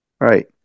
Right